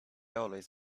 always